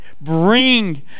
bring